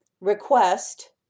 request